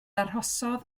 arhosodd